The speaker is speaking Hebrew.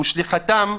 הוא שליחתם,